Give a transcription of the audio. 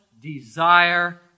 desire